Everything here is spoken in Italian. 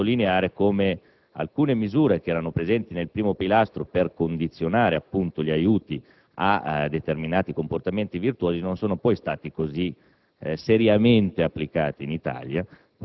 Dall'altro lato, dobbiamo anche sottolineare che alcune misure presenti nel primo pilastro per condizionare gli aiuti a determinati comportamenti virtuosi non sono poi state così seriamente